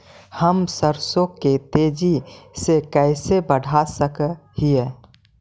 हम सरसों के तेजी से कैसे बढ़ा सक हिय?